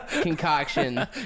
concoction